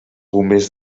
bombers